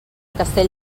castell